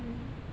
mm